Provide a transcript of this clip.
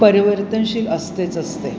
परिवर्तनशील असतेच असते